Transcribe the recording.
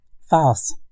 False